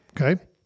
Okay